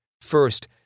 First